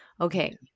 Okay